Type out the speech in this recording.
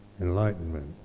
enlightenment